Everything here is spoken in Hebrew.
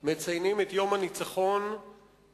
אנחנו מציינים את יום הניצחון באירוע